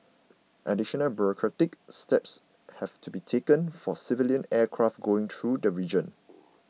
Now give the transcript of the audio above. additional bureaucratic steps have to be taken for civilian aircraft going through the region